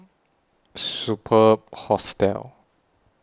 Superb Hostel